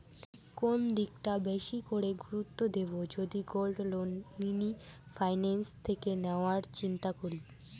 কোন দিকটা বেশি করে গুরুত্ব দেব যদি গোল্ড লোন মিনি ফাইন্যান্স থেকে নেওয়ার চিন্তা করি?